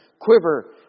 quiver